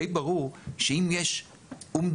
די ברור שאם יש אומדנה,